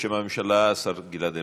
בשם הממשלה השר גלעד ארדן,